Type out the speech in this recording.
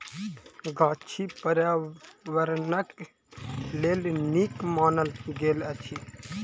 गाछी पार्यावरणक लेल नीक मानल गेल अछि